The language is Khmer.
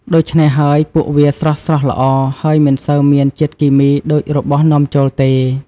ដូច្នេះហើយ ពួកវាស្រស់ៗល្អ ហើយមិនសូវមានជាតិគីមីដូចរបស់នាំចូលទេ។